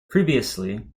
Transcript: previously